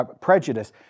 prejudice